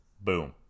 boom